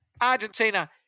Argentina